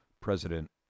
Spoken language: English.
President